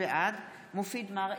בעד מופיד מרעי,